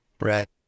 right